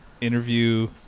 Interview